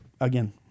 again